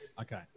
Okay